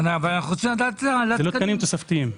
זה לא תקנים תוספתיים.